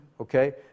okay